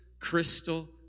crystal